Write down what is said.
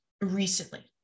recently